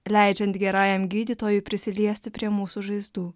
leidžiant gerajam gydytojui prisiliesti prie mūsų žaizdų